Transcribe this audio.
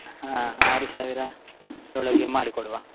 ಹಾಂ ಆರು ಸಾವಿರ ಒಳಗೆ ಮಾಡಿ ಕೊಡುವ